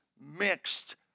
mixed